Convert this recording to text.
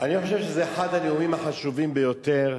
אני חושב שזה אחד הנאומים החשובים ביותר,